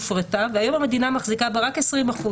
הופרטה והיום המדינה מחזיקה בה רק 20%,